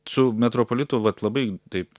su metropolitu vat labai taip